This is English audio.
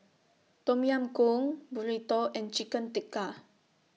Tom Yam Goong Burrito and Chicken Tikka